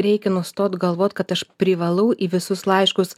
reikia nustot galvoti kad aš privalau į visus laiškus